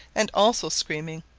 and also screaming.